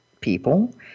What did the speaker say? people